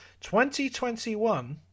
2021